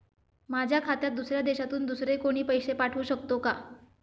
माझ्या खात्यात दुसऱ्या देशातून दुसरे कोणी पैसे पाठवू शकतो का?